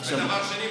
ודבר שני,